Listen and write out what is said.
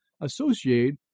associated